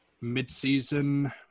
mid-season